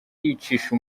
yicisha